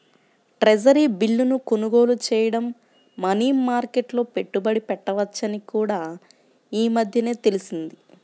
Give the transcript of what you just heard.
treasury బిల్లును కొనుగోలు చేయడం మనీ మార్కెట్లో పెట్టుబడి పెట్టవచ్చని కూడా ఈ మధ్యనే తెలిసింది